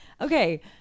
okay